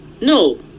no